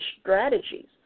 strategies